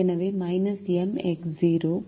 எனவே 7